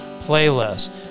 playlist